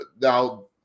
now